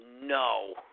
no